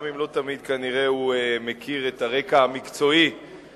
גם אם לא תמיד כנראה הוא מכיר את הרקע המקצועי להצעותיו,